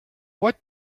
what